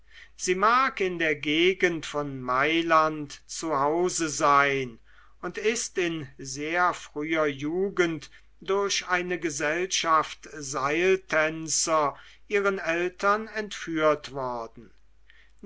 sie mag in der gegend von mailand zu hause sein und ist in sehr früher jugend durch eine gesellschaft seiltänzer ihren eltern entführt worden